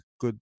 good